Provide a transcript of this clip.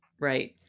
right